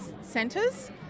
centres